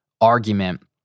argument